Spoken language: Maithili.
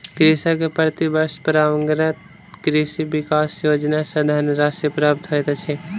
कृषक के प्रति वर्ष परंपरागत कृषि विकास योजना सॅ धनराशि प्राप्त होइत अछि